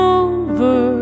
over